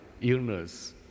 illness